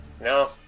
No